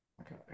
okay